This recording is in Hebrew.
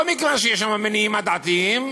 לא מכיוון שיש שם מניעים עדתיים,